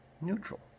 neutral